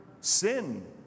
sin